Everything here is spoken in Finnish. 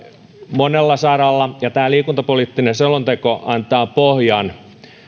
monella saralla ja tämä liikuntapoliittinen selonteko antaa pohjan